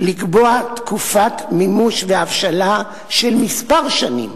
לקבוע תקופת מימוש והבשלה של שנים